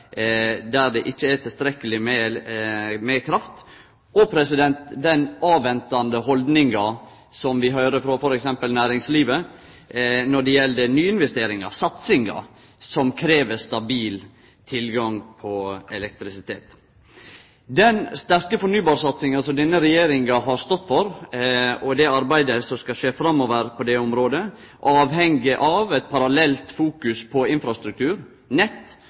avventande haldninga til f.eks. næringslivet når det gjeld nyinvesteringar, satsingar, som krev stabil tilgang på elektrisitet. Den sterke fornybarsatsinga som denne regjeringa har stått for, og arbeidet som skal skje framover på dette området, avheng av eit parallelt fokus på infrastruktur, nett